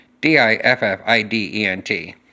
D-I-F-F-I-D-E-N-T